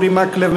אורי מקלב,